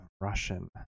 Russian